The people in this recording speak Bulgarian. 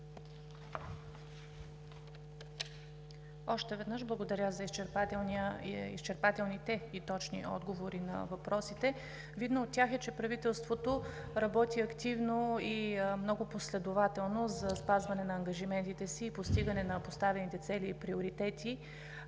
Още веднъж благодаря за изчерпателните и точни отговори на въпросите. Видно от тях е, че правителството работи активно и много последователно за спазване на ангажиментите си и за постигане на поставените цели и приоритети.